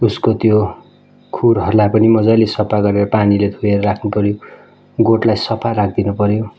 उसको त्यो खुरहरूलाई पनि मजाले सफा गरेर पानीले धोएर राख्नुपर्यो गोठलाई सफा राखिदिनु पऱ्यो